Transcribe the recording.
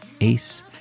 ACE